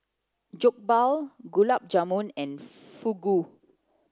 Jokbal Gulab Jamun and Fugu